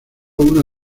una